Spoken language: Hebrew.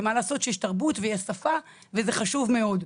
ומה לעשות שיש תרבות ויש שפה וזה חשוב מאוד.